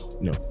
no